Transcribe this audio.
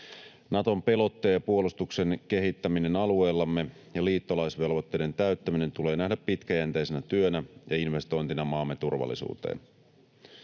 Naton pelotteen ja puolustuksen kehittäminen alueellamme ja liittolaisvelvoitteiden täyttäminen tulee nähdä pitkäjänteisenä työnä ja investointina maamme turvallisuuteen.